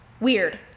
Weird